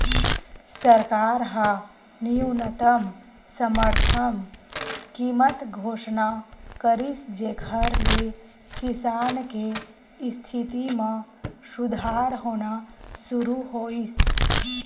सरकार ह न्यूनतम समरथन कीमत घोसना करिस जेखर ले किसान के इस्थिति म सुधार होना सुरू होइस